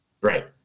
Right